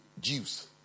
Jews